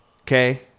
okay